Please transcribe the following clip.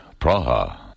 Praha